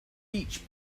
each